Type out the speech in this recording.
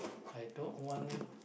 I don't want